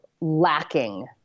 lacking